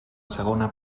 segona